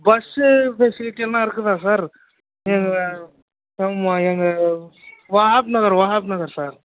bus ஃபெசிலிட்டிலாம் இருக்குதா sir எங்கள் எங்கள் வார்ட் நகர் வார்ட் நகர் சார்